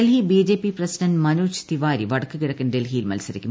ഡൽഹി ബ്രിജ്ഷി പ്രസിഡന്റ് മനോജ് തിവാരി വടക്കുകിഴക്കൻ ഡൽഹിയ്ടിൽ മ്യൽസരിക്കും